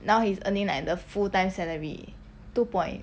now he's earning like the full time salary two point